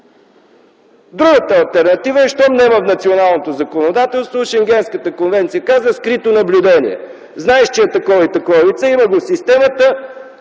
Другата алтернатива, е щом няма в националното законодателство, Шенгенската конвенция казва – скрито наблюдение. Знаеш, че е такова и такова лице, има го в системата,